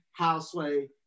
houseway